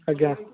ଆଜ୍ଞା